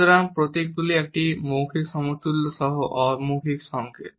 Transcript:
সুতরাং প্রতীকগুলি একটি মৌখিক সমতুল্য সহ অমৌখিক সংকেত